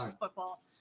football